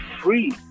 free